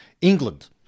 England